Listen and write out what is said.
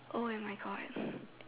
oh and my God